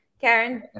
Karen